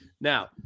Now